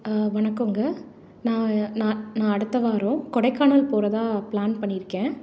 ஆ வணக்கங்க நான் நான் நான் அடுத்த வாரம் கொடைக்கானல் போகறதா ப்ளான் பண்ணி இருக்கேன்